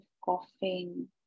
coughing